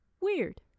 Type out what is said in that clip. weird